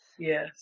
Yes